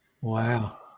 Wow